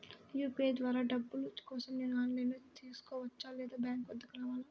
UPI ద్వారా డబ్బులు కోసం నేను ఆన్లైన్లో చేసుకోవచ్చా? లేదా బ్యాంక్ వద్దకు రావాలా?